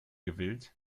gewillt